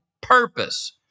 purpose